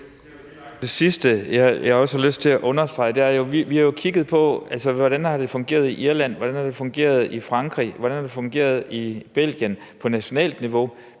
det sidste, hvor jeg også har lyst til at understrege en ting. Og det er jo, at vi har kigget på, hvordan det har fungeret i Irland, hvordan det har fungeret i Frankrig, og hvordan det har fungeret i Belgien på nationalt niveau.